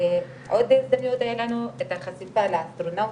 עוד הזדמנויות היה לנו את החשיפה לאסטרונאוטים